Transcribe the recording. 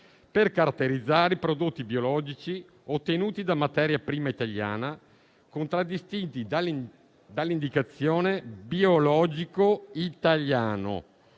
per caratterizzare i prodotti biologici ottenuti da materia prima italiana, contraddistinti dall'indicazione «biologico italiano»: